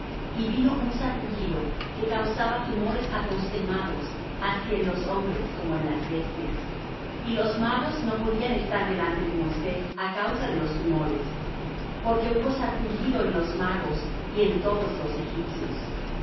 y vino un sarpullido que causaba tumores apostemados así en los hombres como en las bestias y los magos no podían estar delante de moisés á causa de los tumores porque hubo sarpullido en los magos y en todos los egipcios